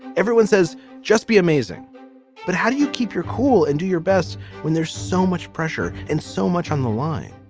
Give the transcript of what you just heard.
everyone says just be amazing but how do you keep your cool and do your best when there's so much pressure and so much on the line.